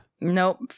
Nope